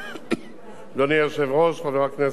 אדוני היושב-ראש, חבר הכנסת ברכה,